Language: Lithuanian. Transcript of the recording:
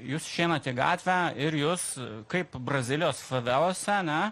jūs išeinat į gatvę ir jūs kaip brazilijos favelose ane